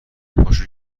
پاشو